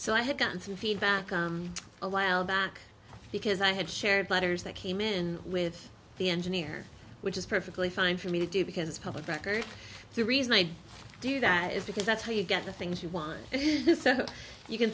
so i have gotten some feedback a while back because i had shared letters that came in with the engineer which is perfectly fine for me to do because it's public record the reason i do that is because that's how you get the things you want you can